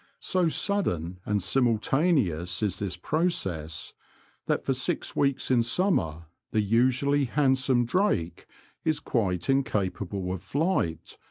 so sudden and simultaneous is this process that for six weeks in summer the usually handsome drake is quite incapable of flight,